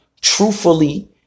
truthfully